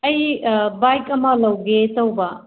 ꯑꯩ ꯕꯥꯏꯛ ꯑꯃ ꯂꯧꯒꯦ ꯇꯧꯕ